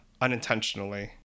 unintentionally